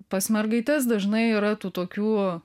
pas mergaites dažnai yra tų tokių